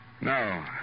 No